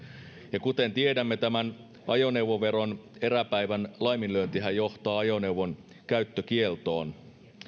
ja kuten tiedämme tämän ajoneuvoveron eräpäivän laiminlyöntihän johtaa ajoneuvon käyttökieltoon